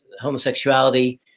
Homosexuality